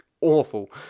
awful